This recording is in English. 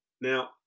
Now